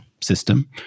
system